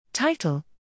TITLE